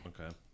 Okay